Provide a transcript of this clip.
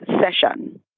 session